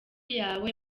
yawe